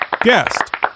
guest